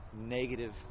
negative